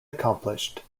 accomplished